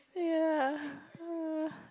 ya uh